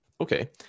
Okay